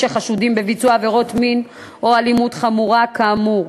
שחשודים בביצוע עבירות מין או אלימות חמורה כאמור.